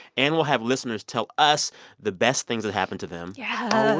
and we'll have listeners tell us the best things that happened to them yeah